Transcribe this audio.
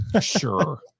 sure